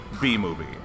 B-movie